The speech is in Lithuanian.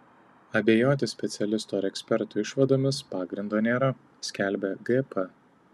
abejoti specialistų ar ekspertų išvadomis pagrindo nėra skelbia gp